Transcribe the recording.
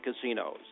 casinos